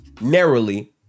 narrowly